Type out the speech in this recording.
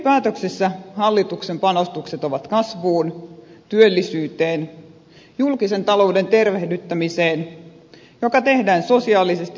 kehyspäätöksessä hallituksen panostukset ovat kasvuun työllisyyteen ja julkisen talouden tervehdyttämiseen joka tehdään sosiaalisesti oikeudenmukaisella tavalla